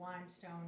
limestone